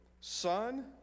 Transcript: son